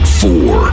four